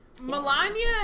Melania